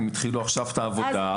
הם התחילו עכשיו את העבודה,